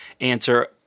answer